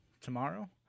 tomorrow